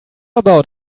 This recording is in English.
about